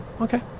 Okay